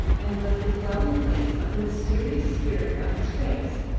and was the dwelling-place of the mysterious spirit of his race,